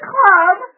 Club